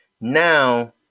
now